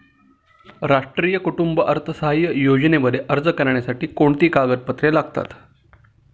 राष्ट्रीय कुटुंब अर्थसहाय्य योजनेमध्ये अर्ज करण्यासाठी कोणती कागदपत्रे लागतात?